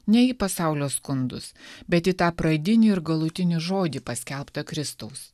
ne pasaulio skundus bet į tą pradinį ir galutinį žodį paskelbtą kristaus